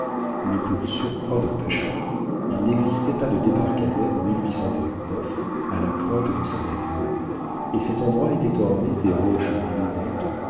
mais pour surcroît d'empêchements il n'existait pas de débarcadère en à la pointe de saint-nazaire et cet endroit était orné des roches gluantes